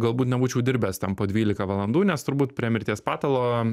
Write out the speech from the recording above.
galbūt nebūčiau dirbęs ten po dvylika valandų nes turbūt prie mirties patalo